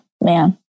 man